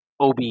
OB